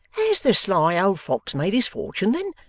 has the sly old fox made his fortune then,